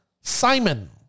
Simon